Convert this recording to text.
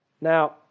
Now